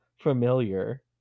familiar